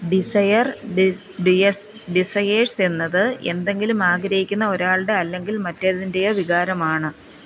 desire desires എന്നത് എന്തെങ്കിലും ആഗ്രഹിക്കുന്ന ഒരാളുടെ അല്ലെങ്കിൽ മറ്റ് ഏതിന്റെയോ വികാരമാണ്